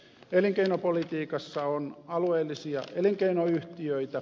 elinkeinopolitiikassa on alueellisia elinkeinoyhtiöitä